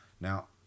Now